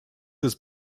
his